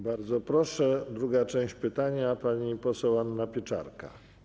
Bardzo proszę, druga część pytania, pani poseł Anna Pieczarka.